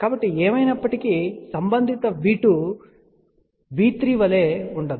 కాబట్టి ఏమైనప్పటికీ సంబంధిత V2 V3 వలె ఉండదు